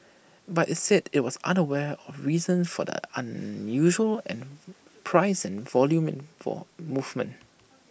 but IT said IT was unaware of reasons for the unusual and price and volume for movement